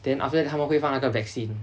then after that 他们会放那个 vaccine